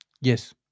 yes